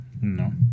no